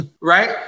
right